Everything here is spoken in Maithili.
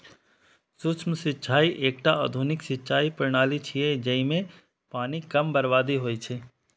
सूक्ष्म सिंचाइ एकटा आधुनिक सिंचाइ प्रणाली छियै, जइमे पानिक कम बर्बादी होइ छै